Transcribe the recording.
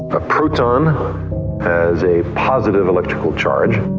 the proton has a positive electrical charge.